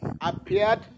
appeared